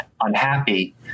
unhappy